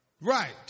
Right